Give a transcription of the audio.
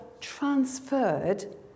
transferred